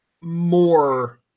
more